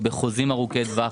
החוזים ארוכי הטווח,